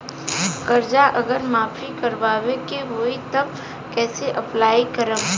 कर्जा अगर माफी करवावे के होई तब कैसे अप्लाई करम?